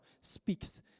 speaks